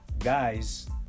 guys